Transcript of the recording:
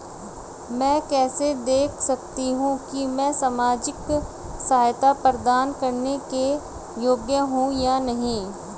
मैं कैसे देख सकती हूँ कि मैं सामाजिक सहायता प्राप्त करने के योग्य हूँ या नहीं?